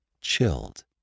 chilled